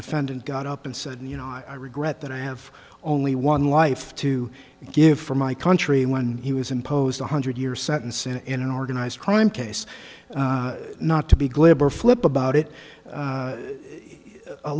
defendant got up and said you know i regret that i have only one life to give for my country when he was imposed a hundred year sentence and in an organized crime case not to be glib or flip about it